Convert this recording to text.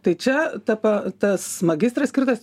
tai čia ta pa tas magistras skirtas